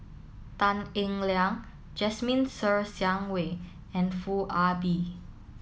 tan Eng Liang Jasmine Ser Xiang Wei and Foo Ah Bee